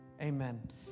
Amen